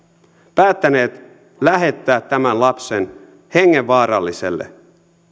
päättäneet lähettää tämän lapsen hengenvaaralliselle